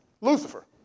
Lucifer